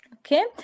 Okay